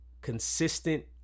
consistent